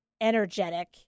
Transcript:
energetic